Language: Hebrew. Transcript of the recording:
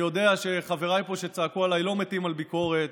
אני יודע שחבריי שצעקו פה עליי לא מתים על ביקורת,